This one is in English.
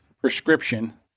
prescription